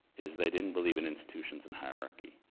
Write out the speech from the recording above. is they didn't believe in institutions in hierarchy